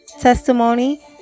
testimony